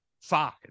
five